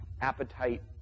appetite